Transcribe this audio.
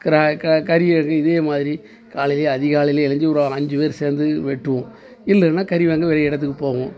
க க கறி அதே இதேமாதிரி காலையிலயே அதிகாலையிலயே எழுந்ச்சி ஒரு அஞ்சு பேர் சேர்ந்து வெட்டுவோம் இல்லைன்னா கறி வாங்க வேறு இடத்துக்கு போவோம்